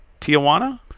Tijuana